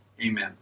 Amen